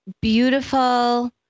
beautiful